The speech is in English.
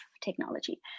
technology